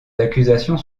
accusations